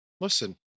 Listen